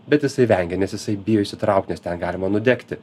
bet jisai vengia nes jisai bijo įsitraukt nes ten galima nudegti